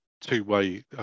two-way